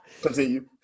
Continue